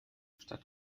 statt